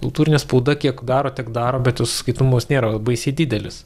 kultūrinė spauda kiek daro tiek daro bet jos skaitomumas nėra baisiai didelis